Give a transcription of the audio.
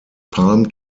palm